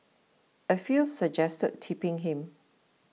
a few suggested tipping him